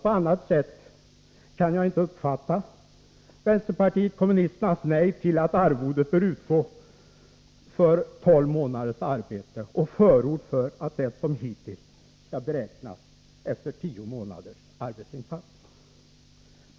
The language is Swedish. På annat sätt kan jag inte uppfatta vänsterpartiet kommunisternas nej till att arvodet bör utgå för tolv månaders arbete och förord för att det som hittills skall beräknas efter tio månaders arbetsinsats.